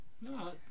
No